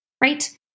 right